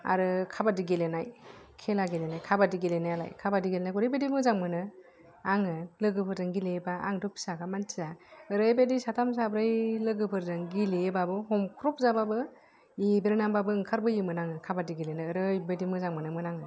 आरो खाबादि गेलेनाय खेला गेलेनाय खाबादि गेलेनायालाय खाबादि गेलेनायखौ ओरैबायदि मोजां मोनो आङो लोगोफोरजों गेलेयोबा आंथ' फिसाखा मानसिया ओरैबायदि साथाम साब्रै लोगोफोरजों गेलेयोबाबो हमख्रबजाबाबो एब्रेनानैबाबो ओंखार बोयोमोन आङो खाबादि गेलेनो ओरैबायदि मोजां मोनोमोन आङो